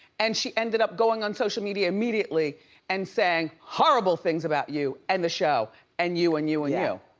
and she ended up going on social media immediately and saying horrible things about you and the show and you and you. ah yeah